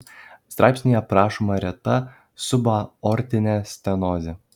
straipsnyje aprašoma reta subaortinė stenozė